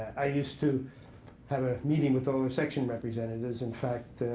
i used to have a meeting with all the section representatives. in fact,